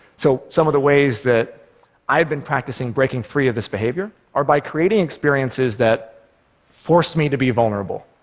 so some of the ways that i have been practicing breaking free of this behavior are by creating experiences that force me to be vulnerable.